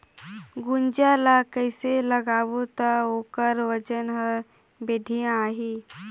गुनजा ला कइसे लगाबो ता ओकर वजन हर बेडिया आही?